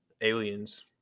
aliens